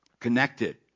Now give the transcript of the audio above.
connected